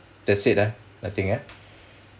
that's it ah nothing ah